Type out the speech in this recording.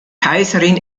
kaiserin